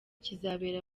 kizabera